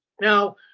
now